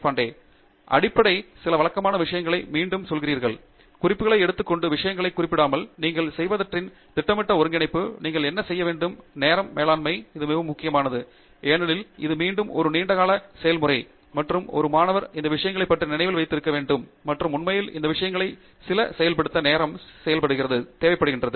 தேஷ்பாண்டே அடிப்படை சில வழக்கமான விஷயங்களுக்கு மீண்டும் செல்கிறீர்கள் குறிப்புகளை எடுத்துக் கொண்டு விஷயங்களைக் குறிப்பிடாமல் நீங்கள் செய்தவற்றின் திட்டமிட்ட ஒருங்கிணைப்பு நீங்கள் என்ன செய்ய வேண்டும் நேர மேலாண்மை இது மிகவும் முக்கியமானது ஏனெனில் இது மீண்டும் ஒரு நீண்ட கால செயல்முறை மற்றும் ஒரு மாணவர் இந்த விஷயங்களை பற்றி நினைவில் வைத்திருக்க வேண்டும் மற்றும் உண்மையில் இந்த விஷயங்களை சில செயல்படுத்த நேரம் செல்கிறது